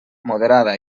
moderada